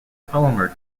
polymer